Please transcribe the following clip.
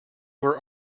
were